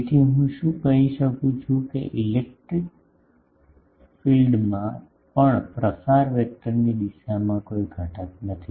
તેથી શું હું કહી શકું છું કે ઇલેક્ટ્રિક ફીલ્ડમાં પણ પ્રસાર વેક્ટરની દિશામાં કોઈ ઘટક નથી